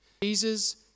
Jesus